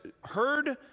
heard